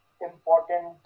important